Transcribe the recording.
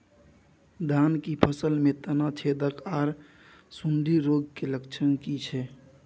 धान की फसल में तना छेदक आर सुंडी रोग के लक्षण की छै?